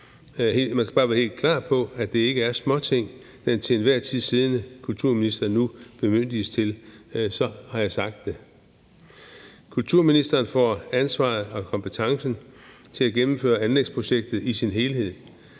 Man skal bare være helt klar på, at det ikke er småting, den til enhver tid siddende kulturminister nu bemyndiges til – så har jeg sagt det. Kulturministeren får ansvaret for og kompetencen til at gennemføre anlægsprojektet i sin helhed.